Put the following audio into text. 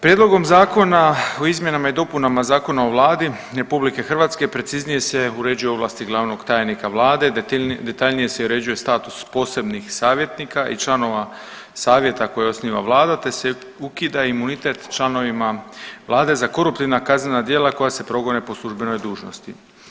Prijedlogom zakona o izmjenama i dopunama Zakona o Vladi Republike Hrvatske preciznije se uređuju ovlasti glavnog tajnika Vlade, detaljnije se uređuje status posebnih savjetnika i članova savjeta koje osniva Vlada, te se ukida imunitet članovima Vlade za koruptivna kaznena djela koja se progone po službenoj dužnosti.